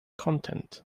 content